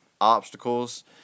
obstacles